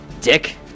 dick